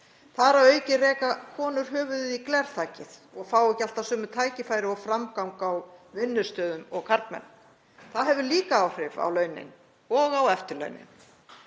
Þar að auki reka konur höfuðið í glerþakið og fá ekki alltaf sömu tækifæri og framgang á vinnustöðum og karlmenn. Það hefur líka áhrif á launin og á eftirlaunin.